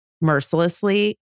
mercilessly